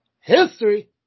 history